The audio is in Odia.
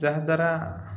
ଯାହାଦ୍ୱାରା